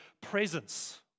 presence